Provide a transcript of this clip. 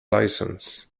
license